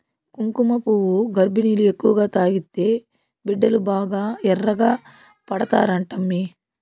కుంకుమపువ్వు గర్భిణీలు ఎక్కువగా తాగితే బిడ్డలు బాగా ఎర్రగా పడతారంటమ్మీ